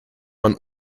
man